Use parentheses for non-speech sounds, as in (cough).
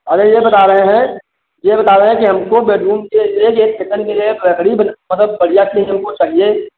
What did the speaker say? अरे यह बता रहे हैं यह बता रहे हैं कि हमको बेडरूम के लिए एक (unintelligible) लकड़ी मतलब बढ़िया चीज़ हमको चाहिए